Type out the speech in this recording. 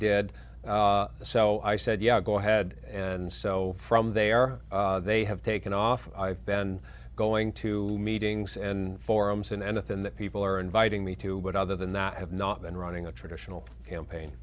did so i said yeah go ahead and so from there they have taken off i've been going to meetings and forums and anything that people are inviting me to but other than that have not been running a traditional campaign